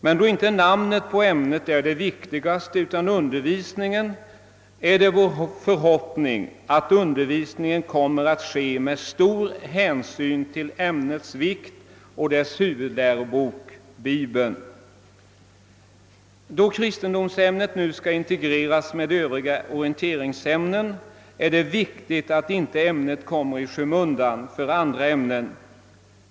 Men då det viktigaste inte är namnet på ämnet utan undervisningen, är det vår förhoppning att undervisningen kommer att bedrivas med stor hänsyn till ämnets vikt och dess huvudlärobok, Bibeln. När kristendomsämnet skall integreras med övriga orienteringsämnen är det viktigt att det inte kommer i skymundan för andra ämnen.